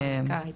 תודה רבה.